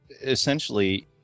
essentially